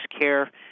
care